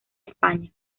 españa